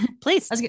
Please